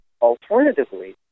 Alternatively